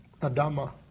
Adama